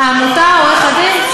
עורך-הדין?